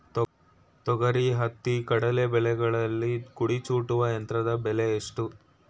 ತೊಗರಿ, ಹತ್ತಿ, ಕಡಲೆ ಬೆಳೆಗಳಲ್ಲಿ ಕುಡಿ ಚೂಟುವ ಯಂತ್ರದ ಬೆಲೆ ಎಷ್ಟು?